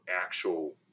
actual